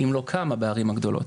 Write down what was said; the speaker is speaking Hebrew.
אם לא כמה בערים הגדולות.